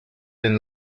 and